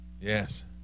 yes